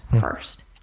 first